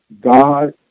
God